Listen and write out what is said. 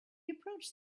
approached